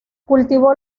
cultivó